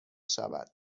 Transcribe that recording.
شود